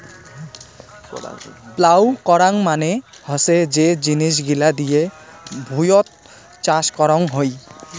plough করাং মানে হসে যে জিনিস গিলা দিয়ে ভুঁইয়ত চাষ করং হই